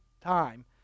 time